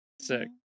sick